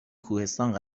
کوهستان